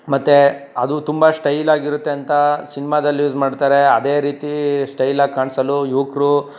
ಮತ್ತು ಅದು ತುಂಬ ಸ್ಟೈಲ್ ಆಗಿರುತ್ತೆ ಅಂತ ಸಿನ್ಮಾದಲ್ಲಿ ಯೂಸ್ ಮಾಡ್ತಾರೆ ಅದೇ ರೀತಿ ಸ್ಟೈಲ್ ಆಗಿ ಕಾಣಿಸಲು ಯುವಕ್ರು